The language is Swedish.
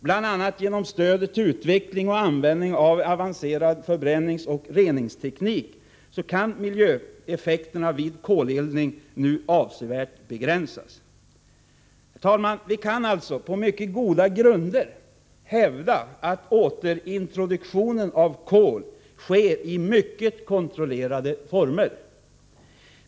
Bl.a. genom stödet till utveckling och användning av avancerad förbränningsoch reningsteknik kan miljöeffekterna vid koleldning nu avsevärt begränsas. Herr talman! Vi kan alltså på mycket goda grunder hävda att återintroduktionen av kol sker i mycket kontrollerade former.